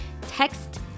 text